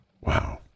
Wow